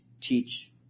teach